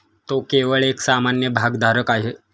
तो केवळ एक सामान्य भागधारक आहे